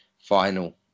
final